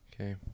Okay